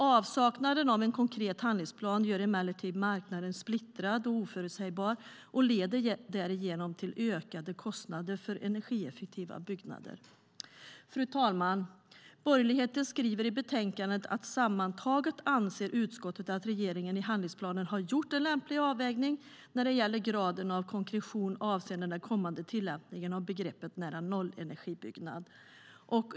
Avsaknaden av en konkret handlingsplan gör emellertid marknaden splittrad och oförutsägbar och leder därigenom till ökade kostnader för energieffektiva byggnader. Fru talman! Borgerligheten skriver i betänkandet att utskottet sammantaget anser att regeringen i handlingsplanen har gjort en lämplig avvägning när det gäller graden av konkretion avseende den kommande tillämpningen av begreppet nära-nollenergibyggnad.